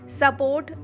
support